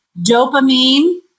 dopamine